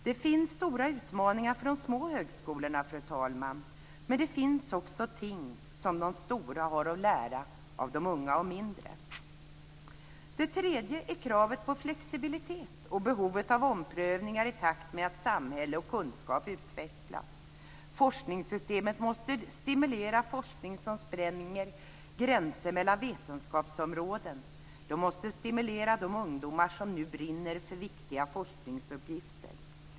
Det finns stora utmaningar för de små högskolorna. Men det finns också ting som de stora har att lära av de unga och mindre. Den tredje är kravet på flexibilitet och behovet av omprövningar i takt med att samhälle och kunskap utvecklas. Forskningssystemet måste stimulera forskning som spränger gränser mellan vetenskapsområden. Det måste stimulera de ungdomar som nu brinner för viktiga forskningsuppgifter.